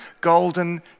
golden